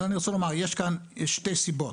יש כאן שתי סיבות,